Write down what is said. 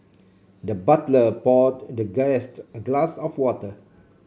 the butler poured the guest a glass of water